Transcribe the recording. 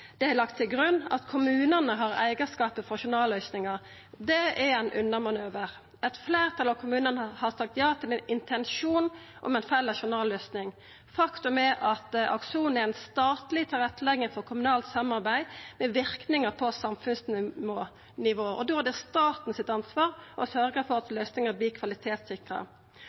det er lagt til grunn at kommunane har eigarskapen for journalløysingar. Det er ein unnamanøver. Eit fleirtal av kommunane har sagt ja til ein intensjon om ei felles journalløysing. Faktum er at Akson er ei statleg tilrettelegging for kommunalt samarbeid, med verknader på samfunnsnivå. Da er det staten sitt ansvar å sørgja for at løysinga vert kvalitetssikra.